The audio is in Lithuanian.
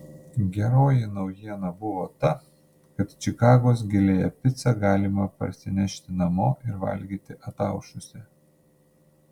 geroji naujiena buvo ta kad čikagos giliąją picą galima parsinešti namo ir valgyti ataušusią